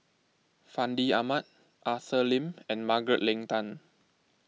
Fandi Ahmad Arthur Lim and Margaret Leng Tan